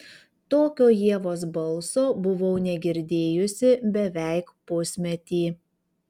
tokio ievos balso buvau negirdėjusi beveik pusmetį